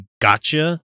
gotcha